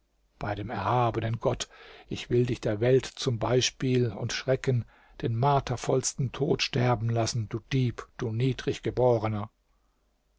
bei dem erhabenen gott ich will dich der welt zum beispiel und schrecken den martervollsten tod sterben lassen du dieb du niedrig geborener